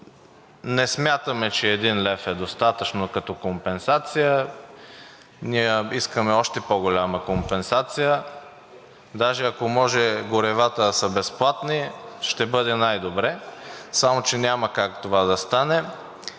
не смятаме, че 1 лв. е достатъчно като компенсация. Ние искаме още по-голяма компенсация даже, ако може горивата да са безплатни, ще бъде най-добре, само че няма как това да стане.